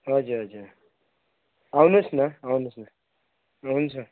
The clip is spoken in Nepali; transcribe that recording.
हजुर हजुर आउनुहोस् न आउनुहोस् न हुन्छ